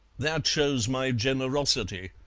that shows my generosity.